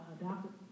adopted